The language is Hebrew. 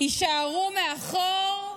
יישארו מאחור,